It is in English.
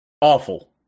Awful